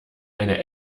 eine